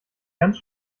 ganz